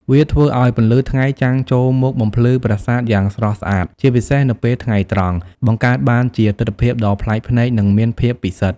វាធ្វើឱ្យពន្លឺថ្ងៃចាំងចូលមកបំភ្លឺប្រាសាទយ៉ាងស្រស់ស្អាតជាពិសេសនៅពេលថ្ងៃត្រង់ បង្កើតបានជាទិដ្ឋភាពដ៏ប្លែកភ្នែកនិងមានភាពពិសិដ្ឋ។